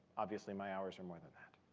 obviously, my hours are more than that.